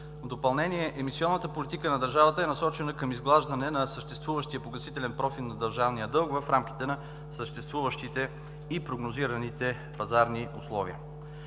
допълнение, емисионната политика на държавата е насочена към изглаждане на съществуващия погасителен профил на държавния дълг в рамките на съществуващите и прогнозираните пазарни условия.